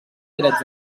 drets